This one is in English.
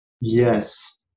Yes